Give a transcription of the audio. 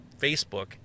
Facebook